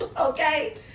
okay